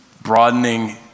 broadening